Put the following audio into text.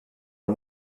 and